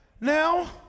Now